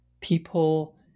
People